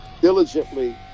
diligently